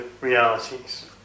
realities